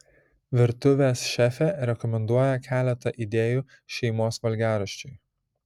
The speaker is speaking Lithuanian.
virtuvės šefė rekomenduoja keletą idėjų šeimos valgiaraščiui